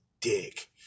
dick